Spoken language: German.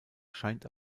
scheint